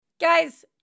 Guys